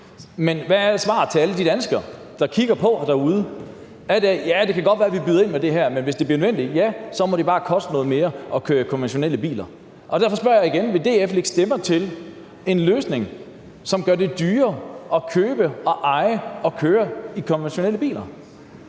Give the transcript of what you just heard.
Men hvad er svaret til alle de danskere derude, der må høre, at det godt kan være, at DF byder ind med det her, men at det, hvis det bliver nødvendigt, bare må koste noget mere at køre i konventionelle biler? Og derfor spørger jeg igen: Vil DF lægge stemmer til en løsning, som gør det dyrere at købe og eje og køre i konventionelle biler?